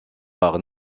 par